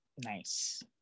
Nice